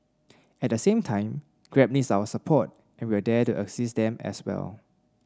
at the same time Grab needs our support and we are there to assist them as well